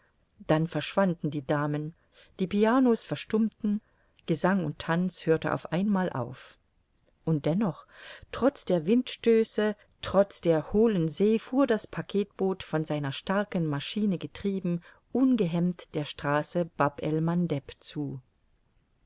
dann verschwanden die damen die piano's verstummten gesang und tanz hörte auf einmal auf und dennoch trotz der windstöße trotz der hohlen see fuhr das packetboot von seiner starken maschine getrieben ungehemmt der straße bab el mandeb zu